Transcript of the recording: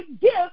gift